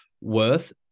worth